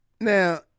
now